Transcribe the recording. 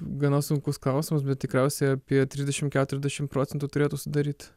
gana sunkus skausmas bet tikriausiai apie trisdešimt keturiasdešimt procentų turėtų sudaryt